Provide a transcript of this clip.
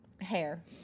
Hair